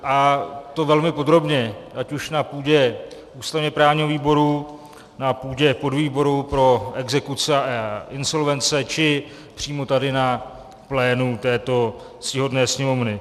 A to velmi podrobně, ať už na půdě ústavněprávního výboru, na půdě podvýboru pro exekuce a insolvence, či přímo tady na plénu této ctihodné Sněmovny.